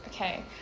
Okay